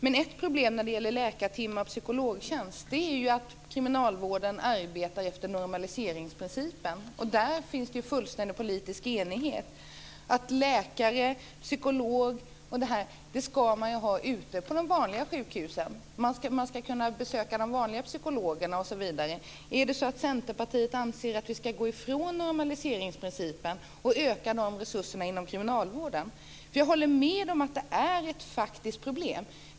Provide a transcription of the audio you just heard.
Men ett problem när det gäller läkartimmarna och psykologtjänsten är ju att kriminalvården arbetar efter normaliseringsprincipen. Och där råder det full politisk enighet om att läkare och psykolog ska man kunna besöka ute på de vanliga sjukhusen. Anser Centerpartiet att vi ska gå ifrån normaliseringsprincipen och öka dessa resurser inom kriminalvården? Jag håller med om att det är ett faktiskt problem.